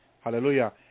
hallelujah